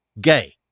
gay